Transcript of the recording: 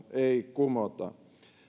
kumota